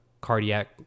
cardiac